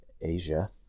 Asia